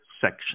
section